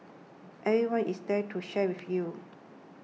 everyone is there to share with you